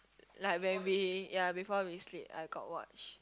like when we ya before we sleep I got watch